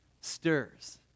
stirs